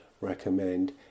recommend